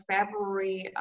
February